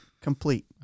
complete